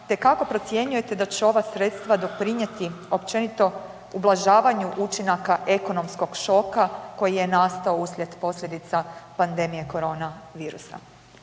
te kako procjenjujete da će ova sredstva doprinijeti općenito ublažavanju učinaka ekonomskog šoka koji je nastao uslijed posljedica koronavirusa?